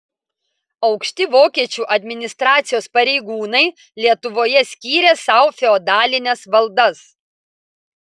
aukšti vokiečių administracijos pareigūnai lietuvoje skyrė sau feodalines valdas